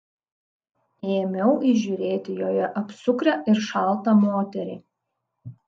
ėmiau įžiūrėti joje apsukrią ir šaltą moterį